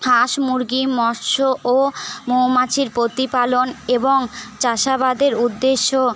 হাঁস মুরগি মৎস ও মৌমাছির প্রতিপালন এবং চাষাবাদের উদ্দেশ্য